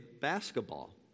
basketball